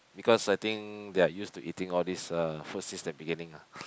because I think they are used to eating all this food since the beginning ah